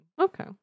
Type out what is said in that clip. Okay